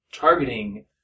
targeting